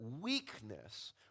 weakness